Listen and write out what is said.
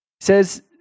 says